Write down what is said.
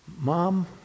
Mom